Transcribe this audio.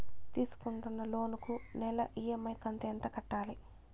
తీసుకుంటున్న లోను కు నెల ఇ.ఎం.ఐ కంతు ఎంత కట్టాలి?